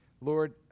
Lord